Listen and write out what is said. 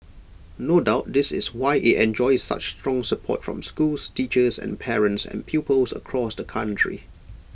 no doubt this is why IT enjoys such strong support from schools teachers and parents and pupils across the country